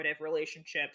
relationships